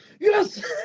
Yes